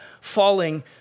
falling